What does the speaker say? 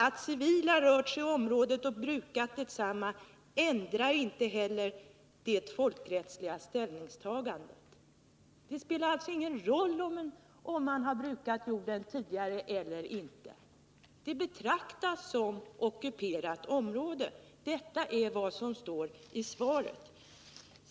”Att civila rört sig i området och brukat detsamma ändrar inte heller det folkrättsliga ställningstagandet.” Det spelar alltså ingen roll om man har brukat jorden tidigare eller inte. Området betraktas som ockuperat. Detta är vad som står i svaret.